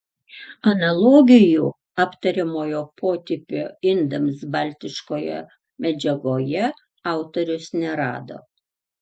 analogijų aptariamojo potipio indams baltiškoje medžiagoje autorius nerado